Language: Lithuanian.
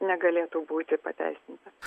negalėtų būti pateisinta